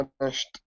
finished